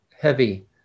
heavy